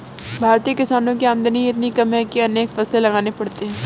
भारतीय किसानों की आमदनी ही इतनी कम है कि अनेक फसल लगाने पड़ते हैं